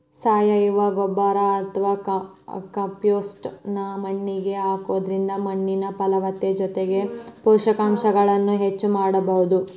ಸಾವಯವ ಗೊಬ್ಬರ ಅತ್ವಾ ಕಾಂಪೋಸ್ಟ್ ನ್ನ ಮಣ್ಣಿಗೆ ಹಾಕೋದ್ರಿಂದ ಮಣ್ಣಿನ ಫಲವತ್ತತೆ ಜೊತೆಗೆ ಪೋಷಕಾಂಶಗಳನ್ನ ಹೆಚ್ಚ ಮಾಡಬೋದು